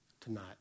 tonight